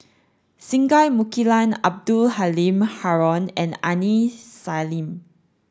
Singai Mukilan Abdul Halim Haron and Aini Salim